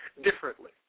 Differently